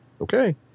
Okay